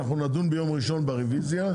אנחנו נדון ביום ראשון ברביזיה.